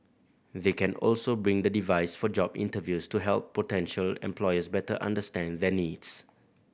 they can also bring the device for job interviews to help potential employers better understand their needs